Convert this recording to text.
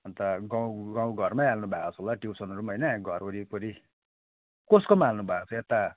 अन्त गाउँ गाउँ घरमै हाल्नु भएको छ होला ट्युसनहरू पनि होइन घर ओरिपरि कसकोमा हाल्नु भएको यता